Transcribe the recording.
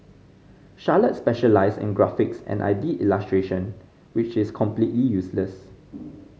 Charlotte specialised in graphics and I did illustration which is completely useless